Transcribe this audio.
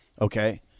Okay